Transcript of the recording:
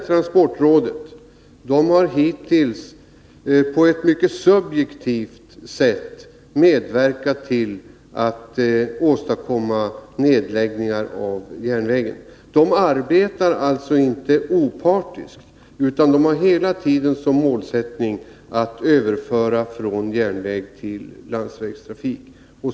Transportrådet har hittills på ett mycket subjektivt sätt medverkat till att åstadkomma nedläggningar av järnvägen. Rådet arbetar alltså inte opartiskt, utan det har hela tiden som målsättning att överföra trafik från järnväg till landsväg.